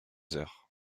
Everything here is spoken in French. heures